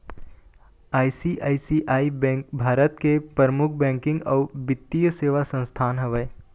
ICICI bank Bharat के परमुख banking अउ बित्तीय सेवा संस्थान हवय